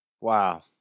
Wow